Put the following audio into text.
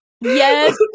Yes